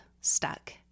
stuck